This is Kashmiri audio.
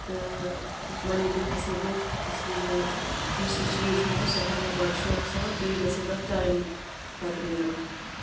تہٕ منی تہِ کھژِ ہا بوٚٹھ اِسلیے یُس تہِ چیٖز ہٮ۪مو سُہ ہٮ۪مو بَڈٕ شوقہٕ سان بیٚیہِ گژھِ تَتھ ٹایم پَتہٕ نیرُن